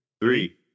Three